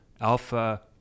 Alpha